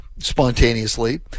spontaneously